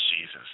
Jesus